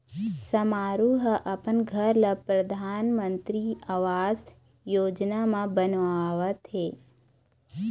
समारू ह अपन घर ल परधानमंतरी आवास योजना म बनवावत हे